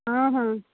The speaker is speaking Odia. ହଁ ହଁ